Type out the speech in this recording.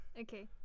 Okay